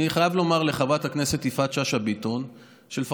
אני חייב לומר לחברת הכנסת יפעת שאשא ביטון שלפחות